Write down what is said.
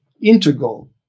integral